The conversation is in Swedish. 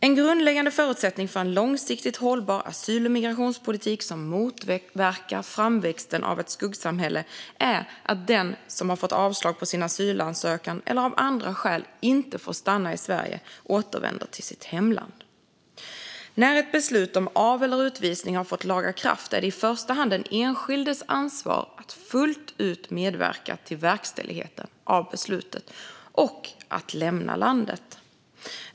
En grundläggande förutsättning för en långsiktigt hållbar asyl och migrationspolitik som motverkar framväxten av ett skuggsamhälle är att den som har fått avslag på sin asylansökan eller av andra skäl inte får stanna i Sverige återvänder till sitt hemland. När ett beslut om av eller utvisning har vunnit laga kraft är det i första hand den enskildes ansvar att fullt ut medverka till verkställigheten av beslutet och att lämna landet.